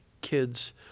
kids